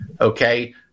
okay